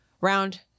Round